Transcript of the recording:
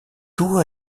tours